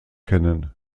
kennen